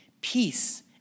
peace